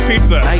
pizza